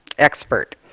expert.